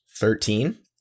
Thirteen